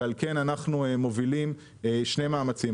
ועל כן אנחנו מובילים שני מאמצים.